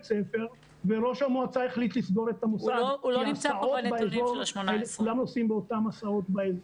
ספר וראש המועצה החליט לסגור את המוסד כי כולם נוסעים באותן הסעות באזור.